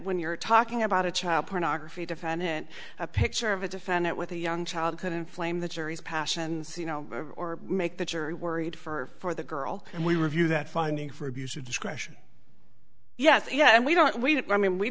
when you're talking about a child pornography defendant a picture of a defendant with a young child could inflame the jury's passions you know or make the jury worried for the girl and we review that finding for abuse of discretion yes yeah and we don't we didn't i mean we